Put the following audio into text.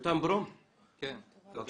יותם ברום, בבקשה.